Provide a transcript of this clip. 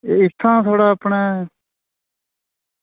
एह् इत्थां थुआढ़ा अपने